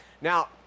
Now